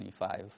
25